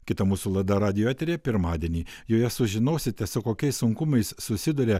kita mūsų laida radijo eteryje pirmadienį joje sužinosite su kokiais sunkumais susiduria